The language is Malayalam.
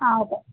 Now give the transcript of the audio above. ആ ഓക്കെ